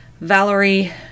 Valerie